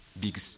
big